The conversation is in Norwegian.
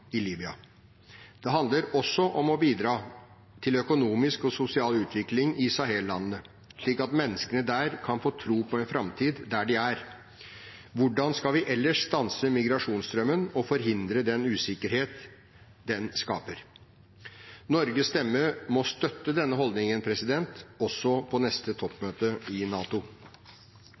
i Libya. Det handler også om å bidra til økonomisk og sosial utvikling i Sahel-landene, slik at menneskene der kan få tro på en framtid der de er. Hvordan skal vi ellers stanse migrasjonsstrømmen og forhindre den usikkerhet den skaper? Norges stemme må støtte denne holdningen, også på neste toppmøte i NATO.